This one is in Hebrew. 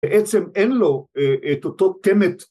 ‫בעצם אין לו את אותו תמת.